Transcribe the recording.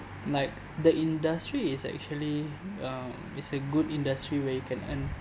like the industry is actually uh is a good industry where you can earn